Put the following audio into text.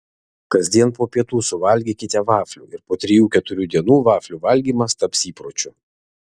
kasdien po pietų suvalgykite vaflių ir po trijų keturių dienų vaflių valgymas taps įpročiu